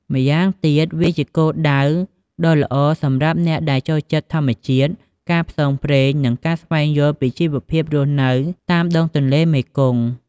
ម៉្យាងទៀត វាជាគោលដៅដ៏ល្អសម្រាប់អ្នកដែលចូលចិត្តធម្មជាតិ ការផ្សងព្រេង និងការស្វែងយល់ពីជីវភាពរស់នៅតាមដងទន្លេមេគង្គ។